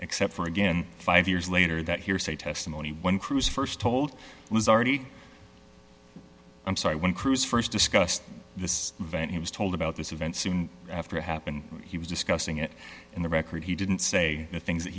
except for again five years later that hearsay testimony when cruz st told was already i'm sorry when cruz st discussed this event he was told about this event soon after it happened he was discussing it in the record he didn't say things that